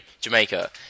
Jamaica